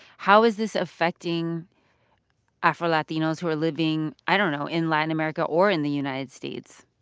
how is this affecting afro-latinos who are living i don't know in latin america or in the united states?